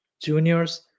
juniors